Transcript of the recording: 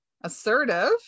assertive